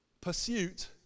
Pursuit